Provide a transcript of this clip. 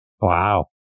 Wow